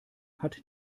hat